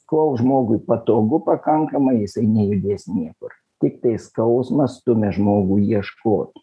kol žmogui patogu pakankamai jisai nejudės niekur tiktai skausmas stumia žmogų ieškot